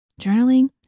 journaling